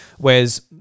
Whereas